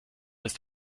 ist